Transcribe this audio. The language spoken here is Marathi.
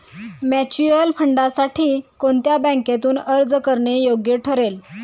म्युच्युअल फंडांसाठी कोणत्या बँकेतून अर्ज करणे योग्य ठरेल?